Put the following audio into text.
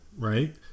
Right